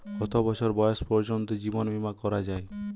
কত বছর বয়স পর্জন্ত জীবন বিমা করা য়ায়?